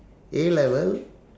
A level